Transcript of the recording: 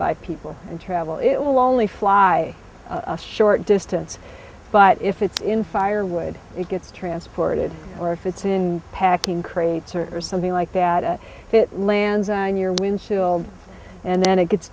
by people and travel it will only fly a short distance but if it's in firewood it gets transported or if it's in packing crates or something like that it lands on your windshield and then it gets